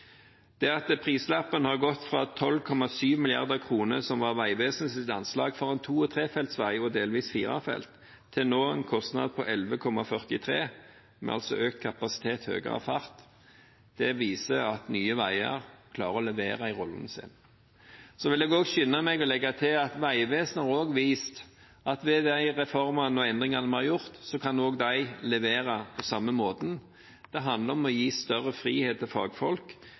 overtok. At prislappen har gått fra 12,7 mrd. kr – som var Vegvesenets anslag for en to- og trefelts vei og delvis firefelts – til nå en kostnad på 11,43 mrd. kr, med altså økt kapasitet og høyere fart, viser at Nye Veier klarer å levere i rollen sin. Jeg vil skynde meg å legge til at Vegvesenet har vist at ved de reformene og endringene vi har gjort, kan også de levere på samme måte. Det handler om å gi større frihet til